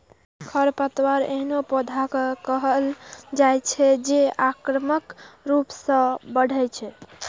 खरपतवार एहनो पौधा कें कहल जाइ छै, जे आक्रामक रूप सं बढ़ै छै